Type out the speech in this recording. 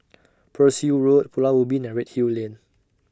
Pearl's Hill Road Pulau Ubin and Redhill Lane